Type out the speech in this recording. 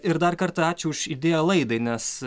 ir dar kartą ačiū už idėją laidai nes